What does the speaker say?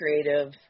creative